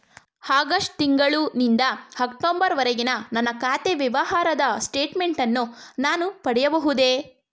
August ತಿಂಗಳು ನಿಂದ October ವರೆಗಿನ ನನ್ನ ಖಾತೆ ವ್ಯವಹಾರದ ಸ್ಟೇಟ್ಮೆಂಟನ್ನು ನಾನು ಪಡೆಯಬಹುದೇ?